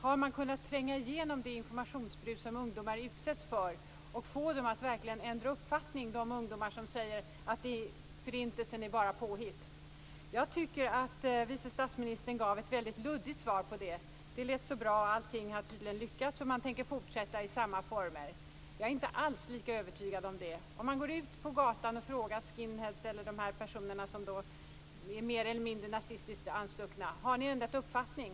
Har man kunnat tränga igenom det informationsbrus som ungdomar utsätts för och fått de ungdomar som sagt att Förintelsen bara är påhitt att verkligen ändra uppfattning? Jag tycker att vice statsministern gav ett väldigt luddigt svar på det. Det lät så bra. Allting hade tydligen lyckats, och man tänker fortsätta i samma former. Jag är inte alls lika övertygad om det. Om man går ut på gatan och frågan skinheads, eller de personer som är mer eller mindre nazistiskt anstuckna: Har ni ändrat uppfattning?